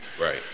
Right